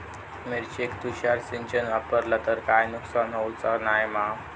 मिरचेक तुषार सिंचन वापरला तर काय नुकसान होऊचा नाय मा?